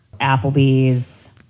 Applebee's